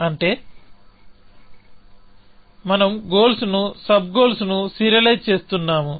అంటే మనం గోల్స్ ను సబ్ గోల్స్ ను సీరియలైజ్ చేస్తున్నాము